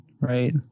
right